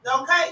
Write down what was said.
Okay